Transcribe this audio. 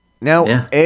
Now